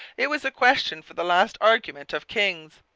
it was a question for the last argument of kings.